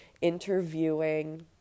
interviewing